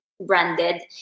branded